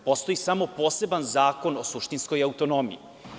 Postoji samo poseban zakon o suštinskoj autonomiji.